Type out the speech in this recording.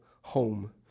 home